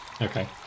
Okay